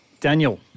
Daniel